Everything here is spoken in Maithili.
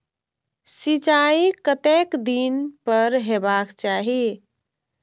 सिंचाई कतेक दिन पर हेबाक चाही?